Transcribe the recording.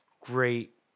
great